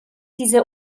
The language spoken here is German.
diese